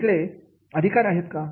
तिकडे अधिकार आहेत का